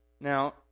Now